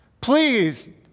Please